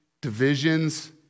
divisions